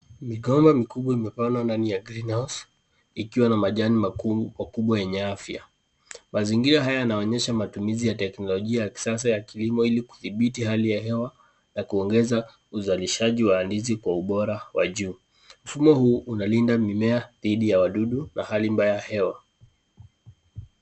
Migomba mikubwa imepandwa ndani ya (CS)greenhouse(CS)ikiwa na majani makubwa yenye afya, mazingira haya yanaonyesha matumizi ya teknolojia ya kisasabya kilimo ili kuthibiti hakinya hewa na kuongeza uzalishaji wa mandizi kwa ubora wa juu. Mfumo huu unalinda mimea dhidi ya wadudu na hali mbaya hewa.